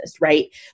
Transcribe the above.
right